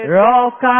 rock